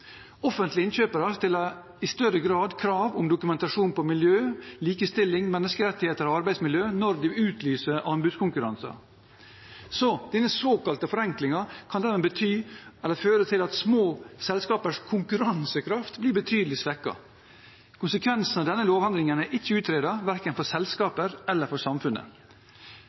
Offentlige innkjøpere stiller i større grad krav om dokumentasjon på miljø, likestilling, menneskerettigheter og arbeidsmiljø når de utlyser anbudskonkurranser. Denne såkalte forenklingen kan dermed føre til at små selskapers konkurransekraft blir betydelig svekket. Konsekvensene av denne lovendringen er ikke utredet, verken for selskaper eller for samfunnet.